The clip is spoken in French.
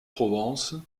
provence